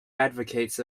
advocates